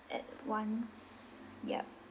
at once yup